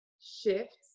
shifts